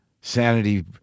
sanity